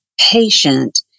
patient